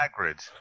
Hagrid